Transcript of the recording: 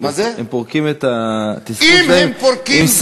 הם פורקים את התסכול הזה עם סכין?